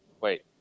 Wait